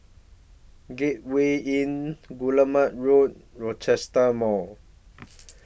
Gateway Inn Guillemard Road and Rochester Mall